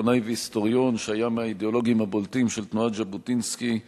עיתונאי והיסטוריון שהיה מהאידיאולוגים הבולטים של תנועת ז'בוטינסקי.